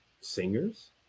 singers